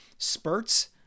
spurts